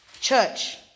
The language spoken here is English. Church